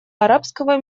арабского